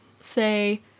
say